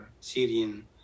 Syrian